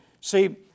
See